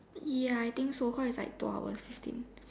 ya I think so cause it's like two hour fifteen